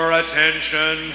attention